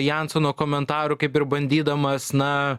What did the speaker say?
jansono komentaru kaip ir bandydamas na